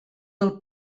del